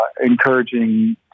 encouraging